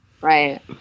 right